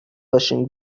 باشیم